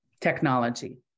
technology